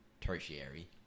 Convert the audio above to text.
tertiary